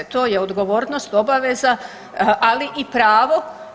To je odgovornost, obaveza, ali i pravo.